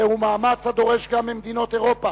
זהו מאמץ הדורש גם ממדינות אירופה